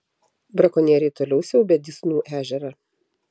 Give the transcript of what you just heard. brakonieriai toliau siaubia dysnų ežerą